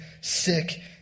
sick